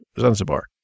Zanzibar